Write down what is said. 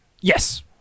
Yes